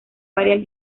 varias